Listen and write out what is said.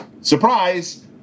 surprise